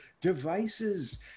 devices